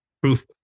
proof